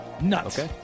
Nuts